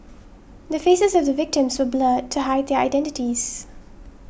the faces of the victims were blurred to hide their identities